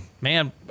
man